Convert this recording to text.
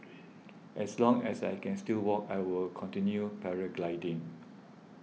as long as I can still walk I will continue paragliding